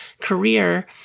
career